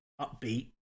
upbeat